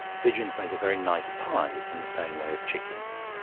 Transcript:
pigeons make a very nice pie in the same way as chickens.